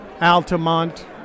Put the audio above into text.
Altamont